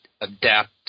adapt